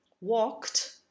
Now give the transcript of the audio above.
walked